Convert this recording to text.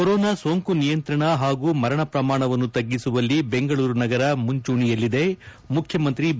corona ಸೋಂಕು ನಿಯಂತ್ರಣ ಹಾಗೂ ಮರಣ ಪ್ರಮಾಣವನ್ನು ತಗ್ಗಿಸುವಲ್ಲಿ ಬೆಂಗಳೂರು ನಗರ ಮುಂಚೂಣಿಯಲ್ಲಿದೆ ಮುಖ್ಯಮಂತ್ರಿ ಬಿ